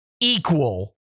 equal